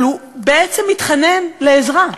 אבל הוא בעצם התחנן לעזרה.